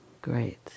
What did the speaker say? Great